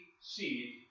seed